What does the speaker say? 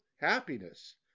happiness